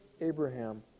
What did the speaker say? Abraham